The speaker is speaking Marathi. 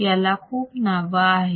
याला खूप नावं आहेत